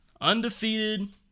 Undefeated